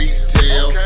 Retail